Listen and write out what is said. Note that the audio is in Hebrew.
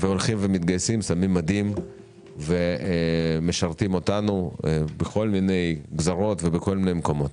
שמים מדים ומשרתים אותנו בכל מיני גזרות ובכל מיני מקומות.